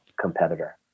competitor